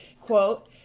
quote